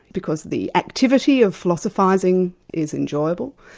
because the activity of philosophising is enjoyable.